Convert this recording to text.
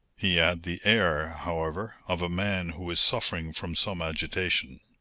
he had the air, however, of a man who is suffering from some agitation.